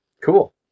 Cool